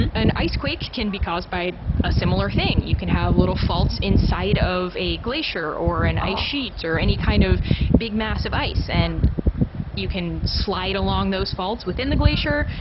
and an ice quake can be caused by a similar thing. you can have little faults inside of a glacier or an ice sheet, or any kind of big mass of ice and you can slide along those faults within the glacier.